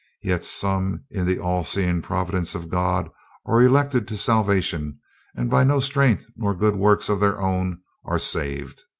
yet some in the all-seeing providence of god are elected to salvation and by no strength nor good works of their own are saved.